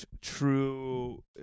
true